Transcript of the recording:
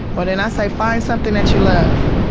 well then i say, find something that you love.